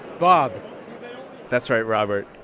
bob that's right, robert.